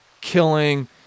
killing